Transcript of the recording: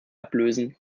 ablösen